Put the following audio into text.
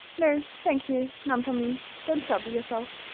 no thank you none for me, don't trouble yourself.